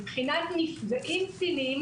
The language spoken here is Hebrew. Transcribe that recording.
מבחינת נפגעים קטינים